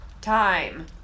Time